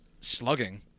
slugging